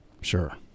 Sure